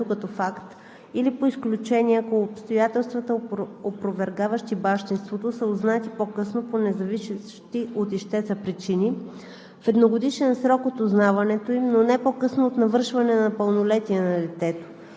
Предвижда се възможност за оспорване на бащинството в едногодишен срок от узнаването на раждането като факт или по изключение, ако обстоятелствата, опровергаващи бащинството, са узнати по-късно по независещи от ищеца причини,